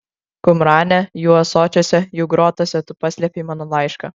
kumrane jų ąsočiuose jų grotose tu paslėpei mano laišką